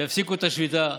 ויפסיקו את השביתה,